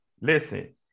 listen